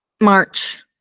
March